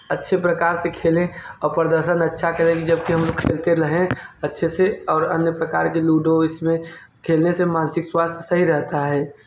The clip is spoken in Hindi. अच्छे प्रकार से खेलें और प्रदर्शन अच्छा करें जबकि हम लोग खेलते हैं अच्छे से और अन्य प्रकार के लूडो इसमें खेलने से मानसिक स्वास्थ्य सही रहता है